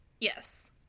Yes